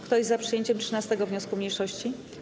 Kto jest za przyjęciem 13. wniosku mniejszości?